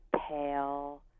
pale